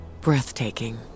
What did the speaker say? Breathtaking